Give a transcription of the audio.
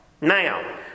Now